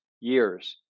years